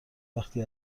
وقتی